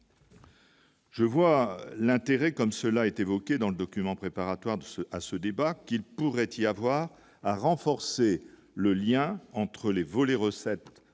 Je vois l'intérêt, comme cela est évoqué dans le document préparatoire de ce à ce débat, qu'il pourrait y avoir à renforcer le lien entre les vols et recettes des